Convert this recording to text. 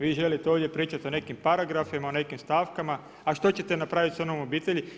Vi želite ovdje pričati o nekim paragrafima o nekim stavkama, a što ćete napraviti s onom obitelji.